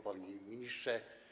Panie Ministrze!